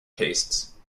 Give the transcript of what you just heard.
tastes